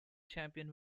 champion